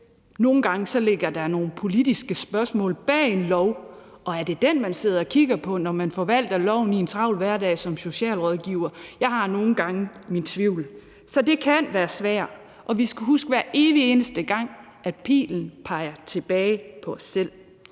Nogle gange ligger der nogle politiske spørgsmål bag en lov, og er det den, man sidder og kigger på, når man forvalter loven i en travl hverdag som socialrådgiver? Jeg har nogle gange mine tvivl. Så det kan være svært, og vi skal huske, at hver evig eneste gang peger pilen tilbage på os selv.